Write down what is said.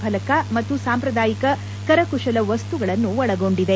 ಫಲಕ ಮತ್ತು ಸಾಂಪ್ರದಾಯಿಕ ಕರಕುಶಲ ವಸ್ತುವನ್ನು ಒಳಗೊಂಡಿದೆ